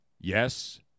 Yes